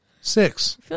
six